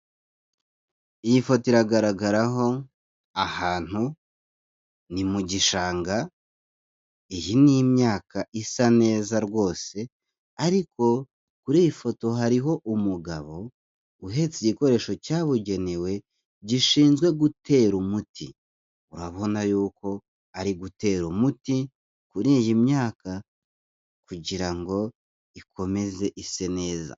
Iyi foto iragaragaraho ahantu ni mu gishanga iyi n'imyaka isa neza rwose, ariko kuri iyi foto hariho umugabo uhetse igikoresho cyabugenewe gishinzwe gutera umuti, urabona y'uko ari gutera umuti kuri iyi myaka kugira ngo ikomeze ise neza.